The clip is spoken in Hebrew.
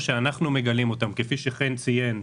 כפי שחן ציין,